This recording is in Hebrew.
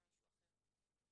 אחרת.